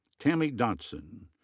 tammie dodson.